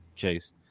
chase